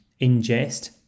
ingest